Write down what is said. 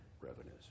revenues